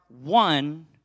one